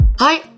Hi